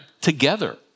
together